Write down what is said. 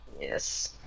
Yes